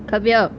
come here